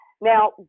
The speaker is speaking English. Now